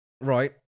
Right